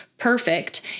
perfect